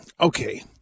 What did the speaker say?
Okay